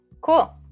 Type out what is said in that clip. Cool